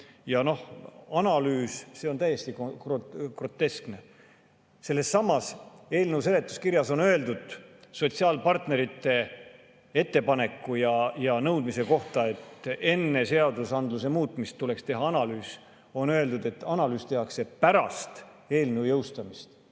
Ja noh, analüüs on täiesti groteskne. Sellessamas eelnõu seletuskirjas on sotsiaalpartnerite ettepanekule ja nõudmisele, et enne seaduse muutmist tuleks teha analüüs, öeldud vastuseks, et analüüs tehakse pärast eelnõu jõustamist.